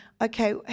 okay